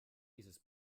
dieses